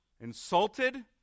insulted